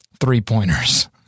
three-pointers